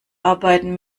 arbeiten